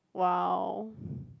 !wow!